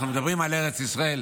אנחנו מדברים על ארץ ישראל,